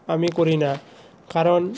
আমি করি না কারণ